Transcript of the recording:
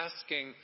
asking